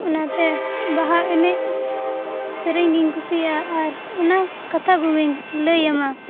ᱚᱱᱟᱛᱮ ᱵᱟᱦᱟ ᱮᱱᱮᱡ ᱥᱮᱨᱮᱧ ᱜᱮᱧ ᱠᱩᱥᱤᱭᱟᱜᱼᱟ ᱟᱨ ᱚᱱᱟ ᱠᱟᱛᱷᱟ ᱠᱚᱜᱮᱧ ᱞᱟᱹᱭᱟᱢᱟ